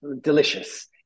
delicious